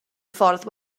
ffordd